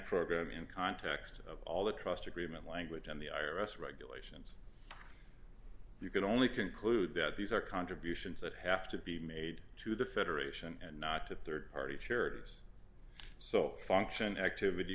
program in context of all the trust agreement language and the i r s regulations you can only conclude that these are contributions that have to be made to the federation and not to rd party charities so function activity